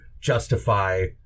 justify